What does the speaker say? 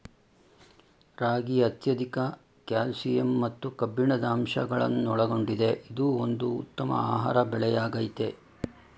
ರಾಗಿ ಅತ್ಯಧಿಕ ಕ್ಯಾಲ್ಸಿಯಂ ಮತ್ತು ಕಬ್ಬಿಣದ ಅಂಶಗಳನ್ನೊಳಗೊಂಡಿದೆ ಇದು ಒಂದು ಉತ್ತಮ ಆಹಾರ ಬೆಳೆಯಾಗಯ್ತೆ